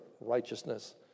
righteousness